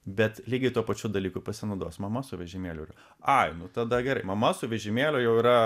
bet lygiai tuo pačiu dalyku pasinaudos mama su vežimėliu ai nu tada gerai mama su vežimėliu jau yra